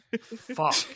fuck